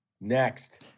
Next